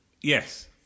Yes